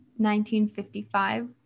1955